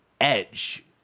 Edge